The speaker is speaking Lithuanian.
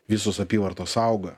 visos apyvartos auga